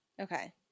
Okay